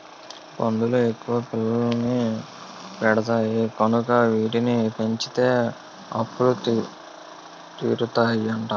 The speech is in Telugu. పందులు ఎక్కువ పిల్లల్ని పెడతాయి కనుక వీటిని పెంచితే అప్పులు తీరుతాయట